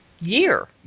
year